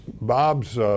Bob's